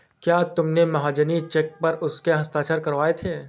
क्या तुमने महाजनी चेक पर उसके हस्ताक्षर करवाए थे?